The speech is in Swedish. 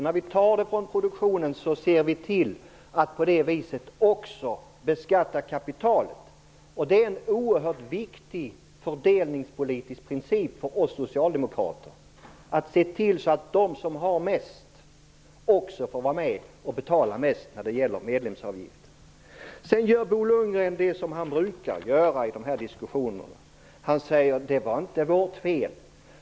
När vi tar från produktionen ser vi till att på det viset också beskatta kapitalet. Detta är en oerhört viktig fördelningspolitisk princip för oss socialdemokrater att se till att de som har mest också får vara med och betala mest när det gäller medlemsavgiften. Sedan gör Bo Lundgren det som han brukar göra i dessa diskussioner. Han säger: Det var inte vårt fel.